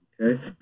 Okay